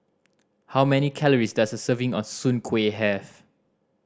how many calories does a serving of soon kway have